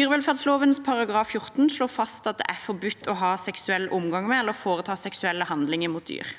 Dyrevelferdsloven § 14 slår fast at det er forbudt å ha seksuell omgang med eller foreta seksuelle handlinger med dyr.